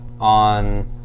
on